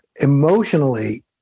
Emotionally